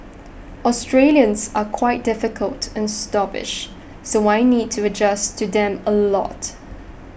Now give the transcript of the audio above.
Australians are quite difficult and snobbish so I need to adjust to them a lot